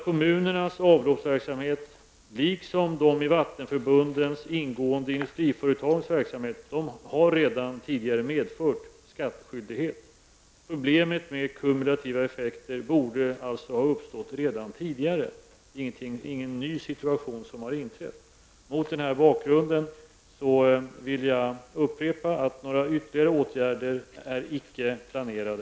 Kommunernas avloppsverksamhet liksom de i vattenförbunden ingående industriföretagens verksamhet har redan tidigare medfört skattskyldighet. Problemet med kumulativa effekter borde alltså ha uppstått redan tidigare -- det är ingen ny situation som har inträtt. Mot den bakgrunden vill jag upprepa att några ytterligare åtgärder icke är planerade.